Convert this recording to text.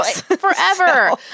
Forever